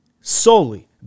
solely